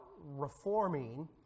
reforming